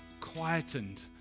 quietened